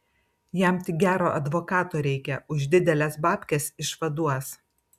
jam tik gero advokato reikia už dideles babkes išvaduos